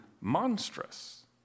monstrous